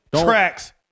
tracks